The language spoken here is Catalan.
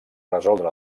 resoldre